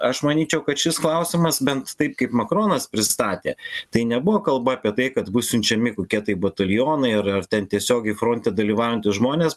aš manyčiau kad šis klausimas bent taip kaip makronas pristatė tai nebuvo kalba apie tai kad bus siunčiami kokie tai batalionai ir ar ten tiesiogiai fronte dalyvaujantys žmonės